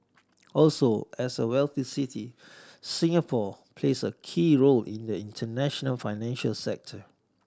also as a wealthy city Singapore plays a key role in the international financial sector